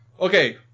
Okay